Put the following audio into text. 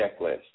Checklist